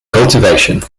cultivation